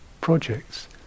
projects